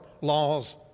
laws